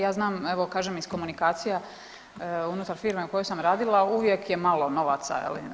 Ja znam, evo kažem iz komunikacija unutar firme u kojoj sam radila uvijek je malo novaca.